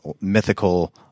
mythical